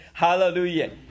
Hallelujah